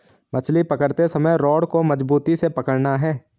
मछली पकड़ते समय रॉड को मजबूती से पकड़ना है